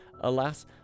Alas